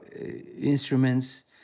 instruments